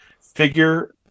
figure